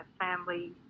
family